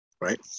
Right